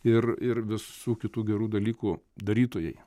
ir ir visų kitų gerų dalykų darytojai